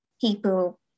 people